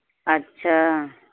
اچھا